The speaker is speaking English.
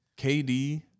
KD